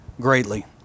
greatly